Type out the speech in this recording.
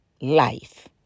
life